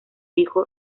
hijo